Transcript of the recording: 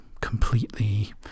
completely